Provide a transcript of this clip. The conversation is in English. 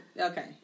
okay